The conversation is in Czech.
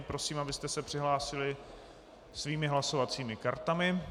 Prosím, abyste se přihlásili svými hlasovacími kartami.